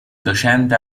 docente